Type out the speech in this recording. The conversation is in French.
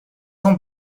ans